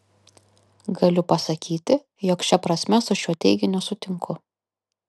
galiu pasakyti jog šia prasme su šiuo teiginiu sutinku